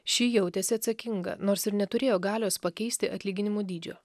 ši jautėsi atsakinga nors ir neturėjo galios pakeisti atlyginimų dydžio